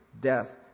death